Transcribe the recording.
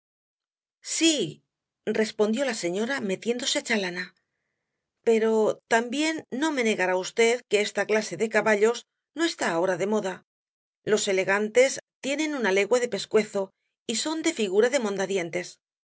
familia sí respondió la señora metiéndose á chalana pero también no me negará v que esta clase de caballos no está ahora de moda los elegantes tienen una legua de pescuezo y son de figura de mondadientes